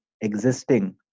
existing